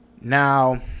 Now